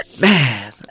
Man